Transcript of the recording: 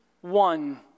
one